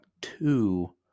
two